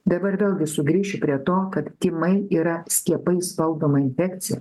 dabar vėlgi sugrįšiu prie to kad tymai yra skiepais valdoma infekcija